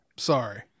Sorry